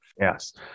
yes